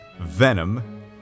Venom